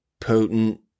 potent